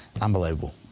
Unbelievable